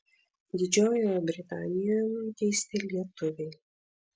didžiojoje britanijoje nuteisti lietuviai